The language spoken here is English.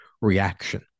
reaction